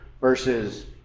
versus